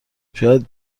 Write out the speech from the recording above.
شاید